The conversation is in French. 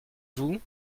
vous